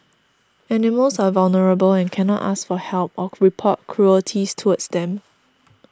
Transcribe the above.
animals are vulnerable and cannot ask for help or report cruelties towards them